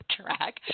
track